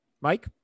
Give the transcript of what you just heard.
Mike